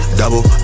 double